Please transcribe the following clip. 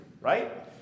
right